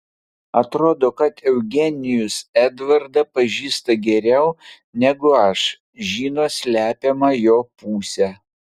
atrodo kad eugenijus edvardą pažįsta geriau negu aš žino slepiamą jo pusę